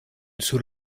sur